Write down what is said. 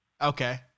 Okay